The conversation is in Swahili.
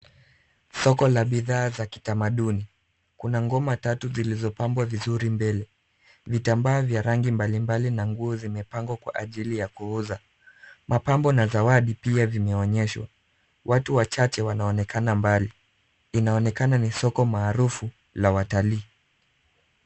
Soko la bidhaa za kitamaduni. Kuna ngoma tatu zilizopambwa vizuri mbele ,vitambaa vya rangi mbalimbali na nguo zimepangwa kwa ajili ya kuuza. Mpambo na zawadi pia vimeonyeshwa. Watu wachache wanaonekana mbali. Inaonekana ni soko maarufu la watalii.